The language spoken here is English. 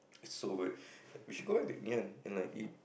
it's so good we should back to Ngee-Ann and like eat